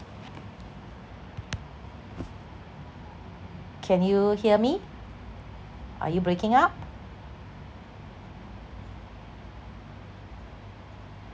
can you hear me are you breaking up